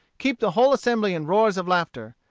keep the whole assembly in roars of laughter.